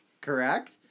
correct